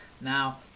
Now